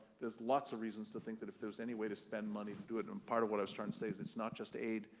there's lots of reasons to think that if there was any way to spend money, do it, and part of what i was trying to say is it's not just aid.